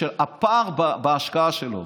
הפער בהשקעה שלו.